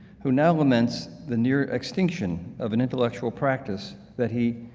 who now laments the near extinction of an intellectual practice that he,